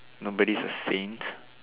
nobody's a saint